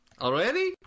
Already